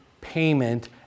payment